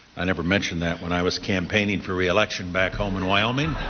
i never mentioned that when i was campaigning. for reelection back home in wyoming.